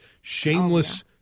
shameless